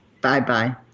Bye-bye